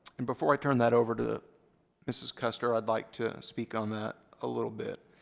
and before i turn that over to mrs. custer, i'd like to speak on that a little bit.